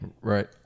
Right